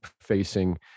facing